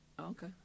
Okay